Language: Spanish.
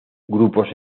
grupos